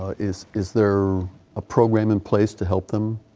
ah is is there a program in place to help them?